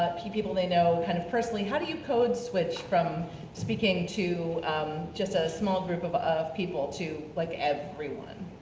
ah people they know kind of personally, how do you code-switch from speaking to just a small group of of people to like everyone?